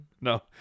No